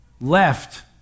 left